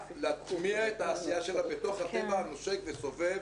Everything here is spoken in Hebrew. להטמיע את העשייה שלה בתוך הטבע הנושק וסובב